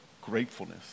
gratefulness